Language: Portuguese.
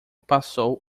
passou